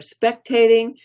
spectating